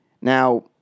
Now